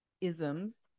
isms